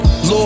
Lord